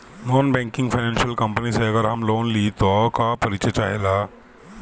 Non banking financial company से अगर हम लोन लि त का का परिचय चाहे ला?